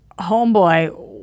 homeboy